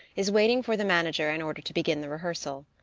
is waiting for the manager in order to begin the rehearsal.